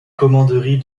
commanderie